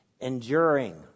enduring